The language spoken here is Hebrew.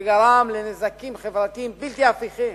וגרם נזקים חברתיים בלתי הפיכים.